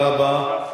תודה רבה.